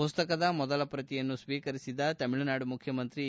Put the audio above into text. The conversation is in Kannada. ಪುಸ್ತಕದ ಮೊದಲ ಪ್ರತಿಯನ್ನು ಸ್ವೀಕರಿಸಿದ ತಮಿಳುನಾಡು ಮುಖ್ಯಮಂತ್ರಿ ಇ